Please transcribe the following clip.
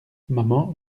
maman